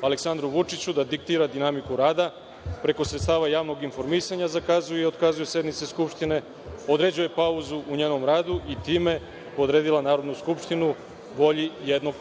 Aleksandru Vučiću da diktira dinamiku rada, preko sredstava javnog informisanja zakazuje i otkazuje sednice Skupštine, određuje pauzu u njenom radu i time podredila Narodnu skupštinu volji jednog